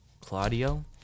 Claudio